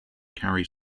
carry